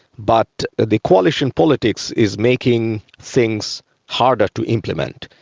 but the coalition politics is making things harder to implement.